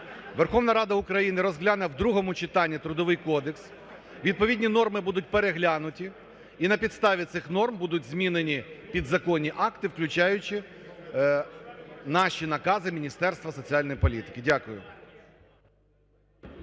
Верховна Рада України розгляне в другому читанні Трудовий кодекс, відповідні норми будуть переглянуті і на підставі цих норм будуть змінені підзаконні акти, включаючи наші накази Міністерства соціальної політики. Дякую.